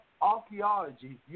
archaeology